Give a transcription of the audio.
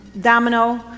Domino